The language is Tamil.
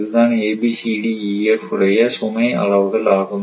இதுதான் ABCDEF உடைய சுமை அளவுகள் ஆகும்